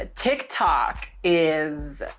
ah tiktok is.